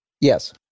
Yes